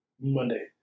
Monday